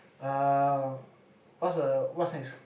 uh what's the what's next